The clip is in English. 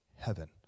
heaven